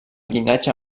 llinatge